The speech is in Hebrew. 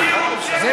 מדינת אפרטהייד.